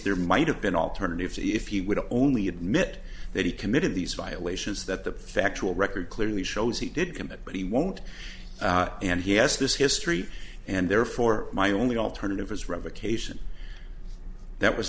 there might have been alternatives if you would only admit that he committed these violations that the factual record clearly shows he did commit but he won't and he has this history and therefore my only alternative is revocation that was